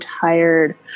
tired